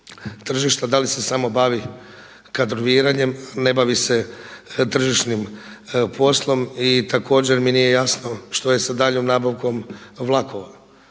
Da li se samo bavi kadroviranjem, a ne bavi se tržišnim poslom i također mi nije jasno što je sa daljinom nabavkom vlakova?